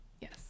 yes